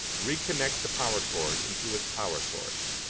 reconnect the power cord into its power source.